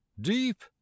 deep